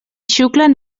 xuclen